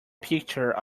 picture